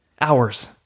hours